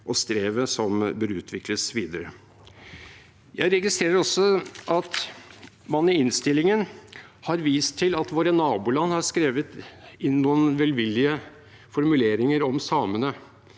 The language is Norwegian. og strevet som bør utvikles videre. Jeg registrerer også at man i innstillingen har vist til at våre naboland har skrevet inn noen velvillige formuleringer om samene,